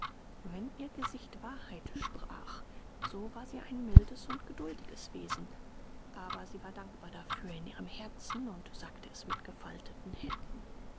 wenn ihr gesicht wahrheit sprach so war sie ein mildes und geduldiges wesen aber sie war dankbar dafür in ihrem herzen und sagte es mit gefalteten händen